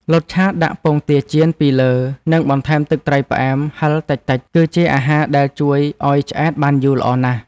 លតឆាដាក់ពងទាចៀនពីលើនិងបន្ថែមទឹកត្រីផ្អែមហឹរតិចៗគឺជាអាហារដែលជួយឱ្យឆ្អែតបានយូរល្អណាស់។